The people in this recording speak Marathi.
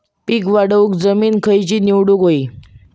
पीक वाढवूक जमीन खैची निवडुक हवी?